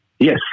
Yes